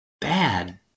bad